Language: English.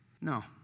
No